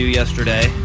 yesterday